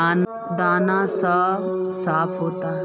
दाना सब साफ होते?